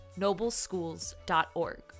nobleschools.org